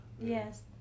Yes